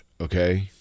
okay